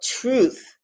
truth